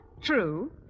True